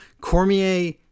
Cormier